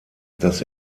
dass